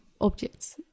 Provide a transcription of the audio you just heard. objects